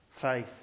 faith